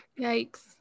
Yikes